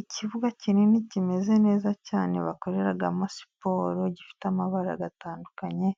Ikibuga kinini kimeze neza cyane, bakoreramo siporo gifite amabara atandukanye